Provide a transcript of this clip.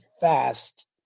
fast